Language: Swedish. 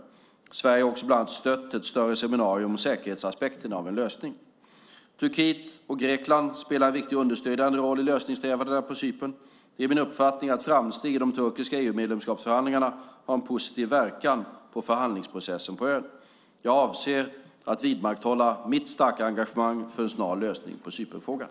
Sverige har också bland annat stött ett större seminarium om säkerhetsaspekterna av en lösning. Turkiet och Grekland spelar en viktig understödjande roll i lösningssträvandena på Cypern. Det är min uppfattning att framsteg i de turkiska EU-medlemskapsförhandlingarna har en positiv påverkan på förhandlingsprocessen på ön. Jag avser att vidmakthålla mitt starka engagemang för en snar lösning på Cypernfrågan.